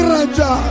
Raja